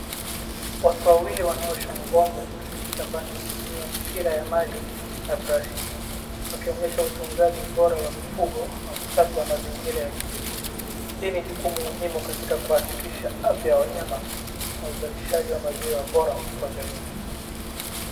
Watu wawili wanaosha ng'ombe shambani wakitumia mpira ya maji na brush , wakionyesha utunzaji bora wa mifugo, na usafi wa mazigira ya kilimo, hii ni jukumu muhimu katika kuhakikisha afya ya wanyama na uzalishaji wa maziwa bora kwa jamii.